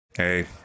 Hey